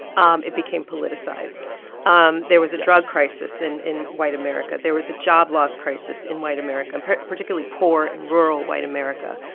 um it became politicized yes um there was a drug crisis in in white america. there was a job loss crisis in white america particularly poor and rural white america.